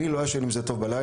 אני לא ישן עם זה טוב בלילה,